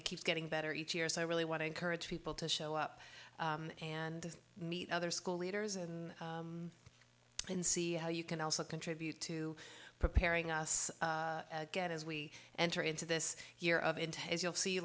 it keeps getting better each year so i really want to encourage people to show up and meet other school leaders and then see how you can also contribute to preparing us again as we enter into this year of into as you'll see